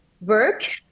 work